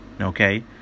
Okay